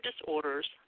disorders